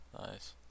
Nice